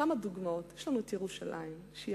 כמה דוגמאות: יש לנו את ירושלים, שהיא